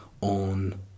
on